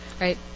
Right